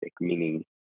meaning